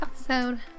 episode